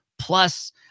plus